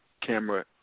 camera